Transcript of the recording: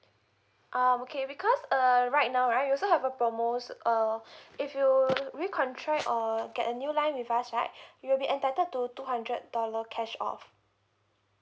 ah okay because err right now right we also have a promo uh if you re-contract or get a new line with us right you will be entitled to two hundred dollar cash off